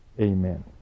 amen